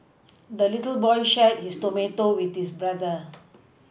the little boy shared his tomato with his brother